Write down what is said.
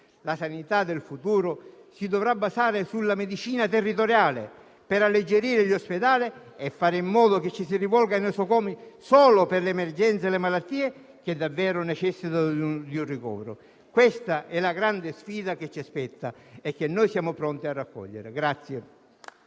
La sanità del futuro si dovrà basare sulla medicina territoriale, per alleggerire gli ospedali e fare in modo che ci si rivolga ai nosocomi solo per le emergenze e le malattie, che davvero necessitano di un ricovero. Questa è la grande sfida che ci aspetta e che siamo pronti a raccogliere.